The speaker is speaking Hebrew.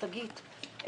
שגית,